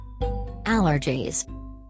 Allergies